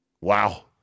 Wow